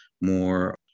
more